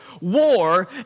War